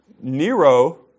Nero